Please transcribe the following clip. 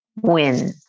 win